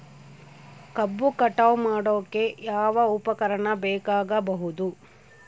ಕಬ್ಬು ಕಟಾವು ಮಾಡೋಕೆ ಯಾವ ಉಪಕರಣ ಬೇಕಾಗಬಹುದು?